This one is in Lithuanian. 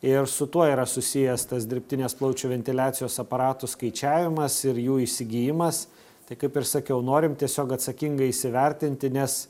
ir su tuo yra susijęs tas dirbtinės plaučių ventiliacijos aparatų skaičiavimas ir jų įsigijimas tai kaip ir sakiau norim tiesiog atsakingai įsivertinti nes